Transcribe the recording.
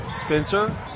Spencer